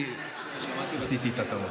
טוב שעשית ככה.